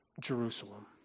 Jerusalem